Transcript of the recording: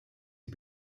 est